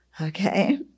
Okay